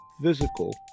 physical